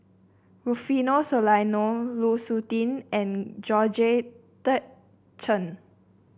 Rufino Soliano Lu Suitin and Georgette Chen